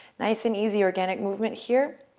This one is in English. nice and easy organic movement here.